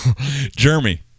Jeremy